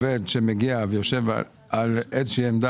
כשמגיע עובד ויושב באיזושהי עמדה,